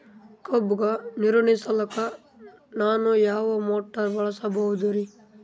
ಕಬ್ಬುಗ ನೀರುಣಿಸಲಕ ನಾನು ಯಾವ ಮೋಟಾರ್ ಬಳಸಬಹುದರಿ?